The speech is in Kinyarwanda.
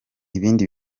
ibindi